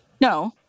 no